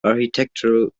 architectural